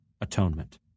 atonement